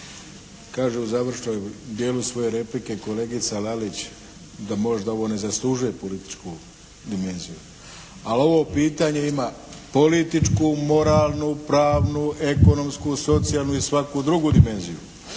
Kaže u završnom dijelu svoje replike kolegica Lalić da ovo možda ne zaslužuje političku dimenziju. Ali ovo pitanje ima političku, moralnu, pravnu, ekonomsku, socijalnu i svaku drugu dimenziju.